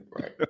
Right